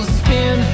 spin